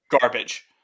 garbage